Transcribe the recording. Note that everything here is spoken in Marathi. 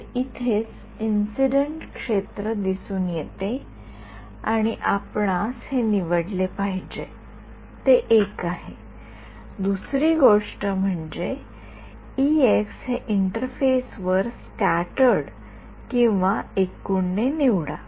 तर इथेच इंसिडेन्ट क्षेत्र दिसून येते आणि आपणास हे निवडले पाहिजे ते एक आहे दुसरी गोष्ट म्हणजे हे इंटरफेस वर स्क्याटर्डकिंवा एकूण ने निवडा